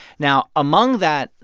now, among that,